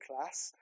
class